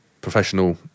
professional